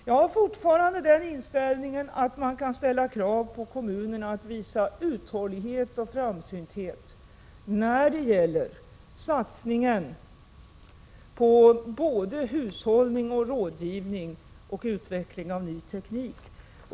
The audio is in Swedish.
Jag har fortfarande den inställningen att man kan ställa krav på kommunerna att visa uthållighet och framsynthet när det gäller satsningen på hushållning, rådgivning och utveckling av ny teknik.